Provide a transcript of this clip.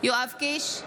יואב קיש,